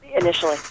initially